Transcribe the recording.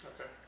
Okay